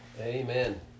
Amen